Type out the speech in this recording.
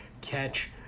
catch